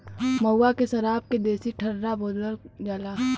महुआ के सराब के देसी ठर्रा बोलल जाला